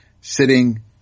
sitting